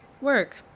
Work